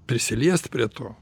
prisiliest prie to